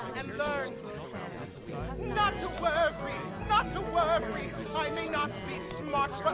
and learned not to worry, not to worry i may not be smart, but